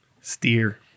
Steer